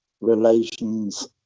relations